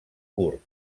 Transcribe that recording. curt